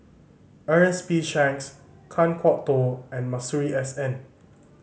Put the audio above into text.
Ernest P Shanks Kan Kwok Toh and Masuri S N